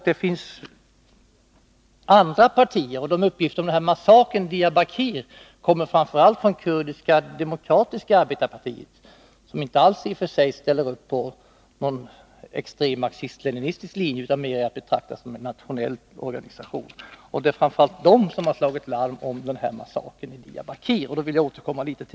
Det finns andra partier, och uppgifterna om massakern i Diyarbakir kommer framför allt från det kurdiska demokratiska arbetarpartiet, som inte alls ställer upp på en extrem marxist-leninistisk linje utan som mera är att betrakta som en nationell organisation. Det är som sagt framför allt det partiet som har slagit larm om massakern i Diyarbakir, och jag vill återkomma till den.